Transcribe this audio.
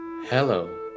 Hello